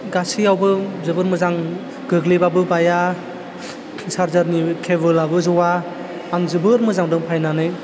गासैयावबो जोबोर मोजां गोग्लैबाबो बाया चार्जारनि केबोलाबो जवा आं जोबोर मोजां मोनदों बाहायनानै